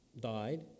died